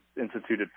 instituted